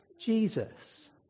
Jesus